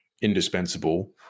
indispensable